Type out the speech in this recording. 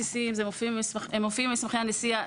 בסיסיים שמופיעים במסמכי הנסיעה.